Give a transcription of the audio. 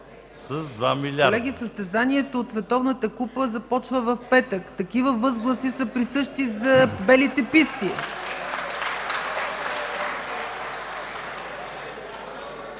С 2 милиарда,